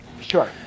Sure